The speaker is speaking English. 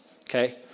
okay